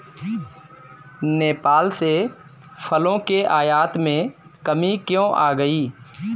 नेपाल से फलों के आयात में कमी क्यों आ गई?